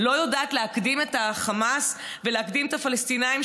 לא יודעת להקדים את החמאס ולהקדים את הפלסטינים,